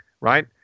right